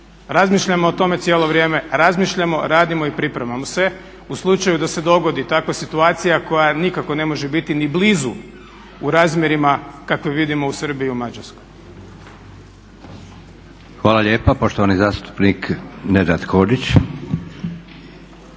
Razmišljamo o tome cijelo vrijeme, razmišljamo, radimo i pripremamo se u slučaju da se dogodi takva situacija koja nikako ne može biti ni blizu u razmjerima kakve vidimo u Srbiji i u Mađarskoj. **Leko, Josip (SDP)** Hvala lijepa. Poštovani zastupnik Nedžad Hodžić.